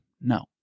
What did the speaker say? No